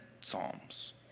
psalms